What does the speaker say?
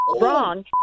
wrong